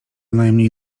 najmniej